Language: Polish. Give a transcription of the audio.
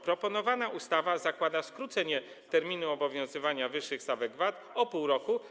Proponowana ustawa zakłada skrócenie terminu obowiązywania wyższych stawek VAT o pół roku.